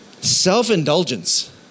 Self-indulgence